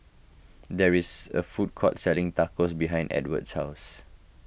there is a food court selling Tacos behind Edwardo's house